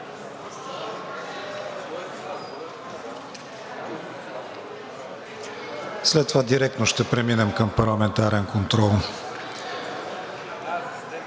След това директно ще преминем към парламентарен контрол.